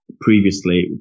previously